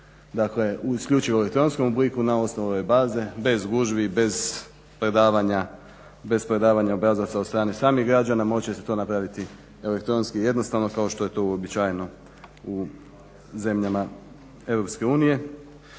onih u isključivo elektronskom obliku na osnovu ove baze bez gužvi, bez predavanja obrazaca samih građana moći će se to napraviti elektronski jednostavno kao što je to uobičajeno u zemljama EU